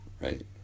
Right